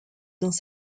dans